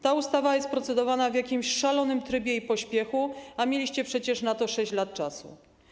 Ta ustawa jest procedowana w jakimś szalonym trybie i pośpiechu, a mieliście przecież na to 6 lat czasu.